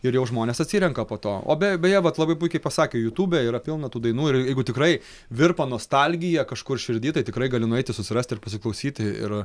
ir jau žmonės atsirenka po to o beje beje vat labai puikiai pasakė jutube yra pilna tų dainų ir jeigu tikrai virpa nostalgija kažkur širdy tai tikrai gali nueiti susirasti ir pasiklausyti ir